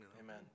Amen